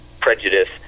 prejudice